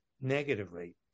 negatively